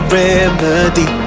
remedy